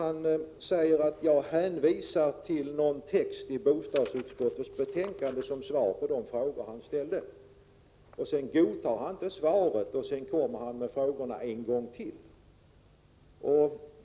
Han säger att jag hänvisar till texten i bostadsutskottets betänkande som svar på de frågor han ställde. Sedan godtar han detta svar men kommer tillbaka med frågorna.